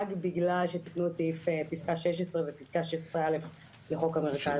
רק בגלל שתיקנו את פסקה 16 ופסקה 16(א) לחוק המרכז